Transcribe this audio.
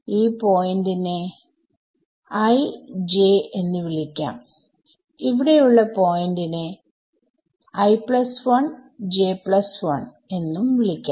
ഈ പോയിന്റ് നെ i j എന്ന് വിളിക്കാംഇവിടെ ഉള്ള പോയിന്റ് നെ i1 j1 എന്നും വിളിക്കാം